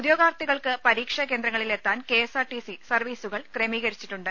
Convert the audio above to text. ഉദ്യോഗാർഥികൾക്ക് പരീക്ഷ കേന്ദ്രങ്ങളിൽ എത്താൻ കെഎസ്ആർടിസി സർവീസുകൾ ക്രമീകരിച്ചിട്ടുണ്ട്